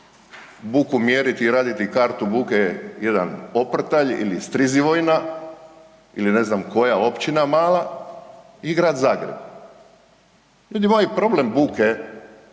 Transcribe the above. buku mjeriti i raditi kartu buke jedan Oprtalj ili Strizivojna ili ne znam koja općina mala i Grad Zagreb? Ljudi moji, problem buke